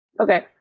Okay